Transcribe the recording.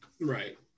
Right